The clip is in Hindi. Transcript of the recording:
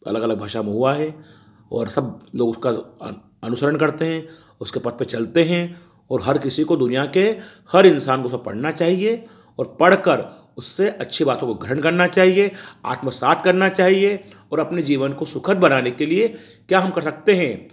अलग अलग भाषा में हुआ है और सब लोग उसका अन अनुसरण करते हैं उसके पथ पर चलते हैं और हर किसी को दुनिया के हर इंसान को उसे पढ़ना चाहिए और पढ़ कर उससे अच्छी बातों को ग्रहण करना चाहिए आत्मसात करना चाहिए और अपने जीवन को सुखद बनाने के लिए क्या हम कर सकते हैं